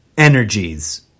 energies